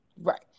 Right